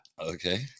Okay